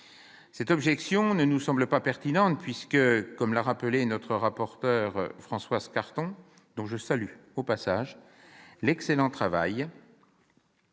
Cette objection ne nous semble pas pertinente, puisque, comme l'a rappelé notre rapporteur, Françoise Cartron, dont je salue chemin faisant l'excellent travail,